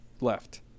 left